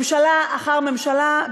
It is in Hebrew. ממשלה אחר ממשלה,